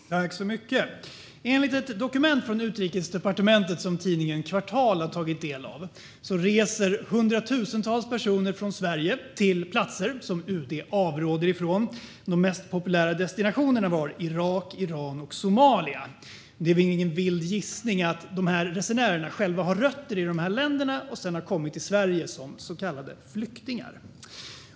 Herr talman! Enligt ett dokument från Utrikesdepartementet som tidningen Kvartal har tagit del av reser hundratusentals personer från Sverige till platser som UD avråder från att resa till. De mest populära destinationerna var Irak, Iran och Somalia. Det är väl ingen vild gissning att resenärerna själva har rötter i de länderna och sedan har kommit till Sverige som så kallade flyktingar.